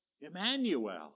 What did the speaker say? Emmanuel